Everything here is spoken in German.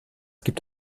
gibt